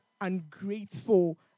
ungrateful